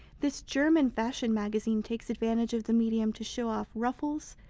this german fashion magazine takes advantage of the medium to show off ruffles,